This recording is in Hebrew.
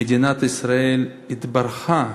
מדינת ישראל התברכה